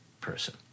person